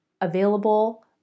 available